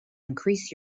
increase